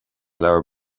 leabhar